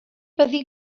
byddi